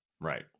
Right